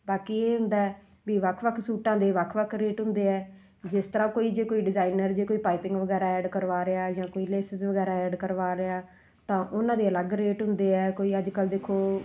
ਬਾਕੀ ਇਹ ਹੁੰਦਾ ਵੀ ਵੱਖ ਵੱਖ ਸੂਟਾਂ ਦੇ ਵੱਖ ਵੱਖ ਰੇਟ ਹੁੰਦੇ ਹੈ ਜਿਸ ਤਰ੍ਹਾਂ ਕੋਈ ਜੇ ਕੋਈ ਡਿਜ਼ਾਇਨਰ ਜੇ ਕੋਈ ਪਾਈਪਿੰਗ ਵਗੈਰਾ ਐਡ ਕਰਵਾ ਰਿਹਾ ਜਾਂ ਕੋਈ ਲੇਸਸ ਵਗੈਰਾ ਐਡ ਕਰਵਾ ਰਿਹਾ ਤਾਂ ਉਹਨਾਂ ਦੇ ਅਲੱਗ ਰੇਟ ਹੁੰਦੇ ਹੈ ਕੋਈ ਅੱਜ ਕੱਲ੍ਹ ਦੇਖੋ